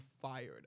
fired